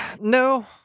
No